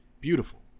beautiful